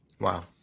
Wow